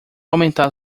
aumentar